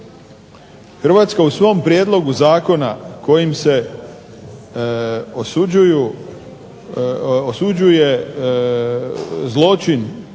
Hrvatska u svom prijedlogu zakona kojim se osuđuje zločin